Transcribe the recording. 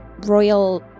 royal